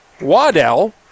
Waddell